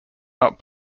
not